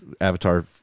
Avatar